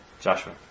Joshua